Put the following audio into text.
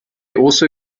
also